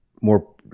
more